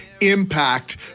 impact